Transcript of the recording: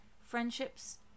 friendships